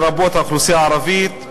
לרבות האוכלוסייה הערבית,